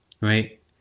Right